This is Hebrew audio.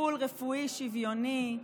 טיפול רפואי שוויוני,